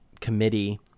committee